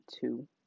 two